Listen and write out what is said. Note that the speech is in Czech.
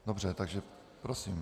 Dobře, takže prosím.